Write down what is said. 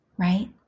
right